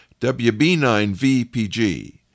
WB9VPG